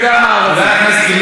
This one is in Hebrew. חבר הכנסת גליק, בבקשה.